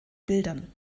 bildern